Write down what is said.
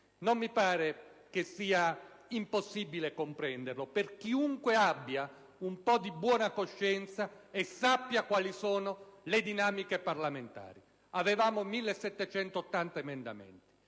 Non mi pare che sia impossibile comprenderlo per chiunque abbia un po' di buona coscienza e sappia quali sono le dinamiche parlamentari. Avevamo 1.780 emendamenti.